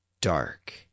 dark